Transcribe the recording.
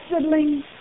siblings